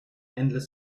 endless